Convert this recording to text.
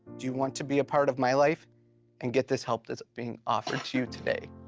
you want to be a part of my life and get this help that's being offered to you today?